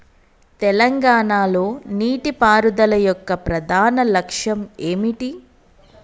తెలంగాణ లో నీటిపారుదల యొక్క ప్రధాన లక్ష్యం ఏమిటి?